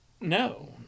No